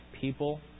people